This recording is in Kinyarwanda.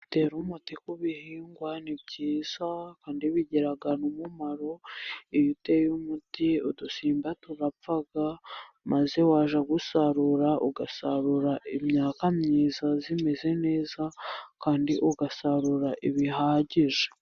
Gutera umuti ku bihingwa ni byiza, kandi bigira umumaro, iyo uteye umuti udusimba turapfa, maze wajya gusarura ugasarura imyaka myiza imeze neza, kandi ugasarura ibihagije.